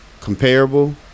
comparable